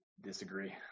disagree